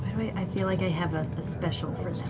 i feel like i have a special for